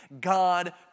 God